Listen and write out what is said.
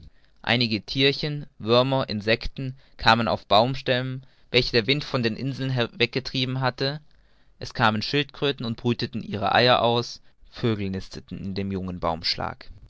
einige thierchen würmer insecten kamen auf baumstämmen welche der wind von den inseln weggetrieben hatte es kamen schildkröten und brüteten ihre eier aus vögel nisteten in dem jungen